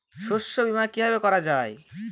শস্য বীমা কিভাবে করা যায়?